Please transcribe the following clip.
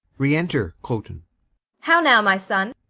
re-enter cloten how now, my son?